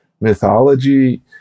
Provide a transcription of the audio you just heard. mythology